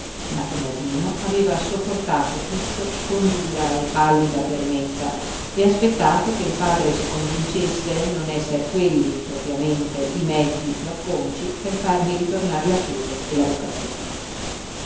ma tommasino aveva sopportato tutto con dura e pallida fermezza e aspettato che il padre si convincesse non esser quelli propriamente i mezzi piú acconci per fargli ritornar la fede e la vocazione